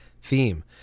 theme